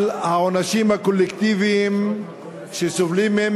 על העונשים הקולקטיביים שסובלים מהם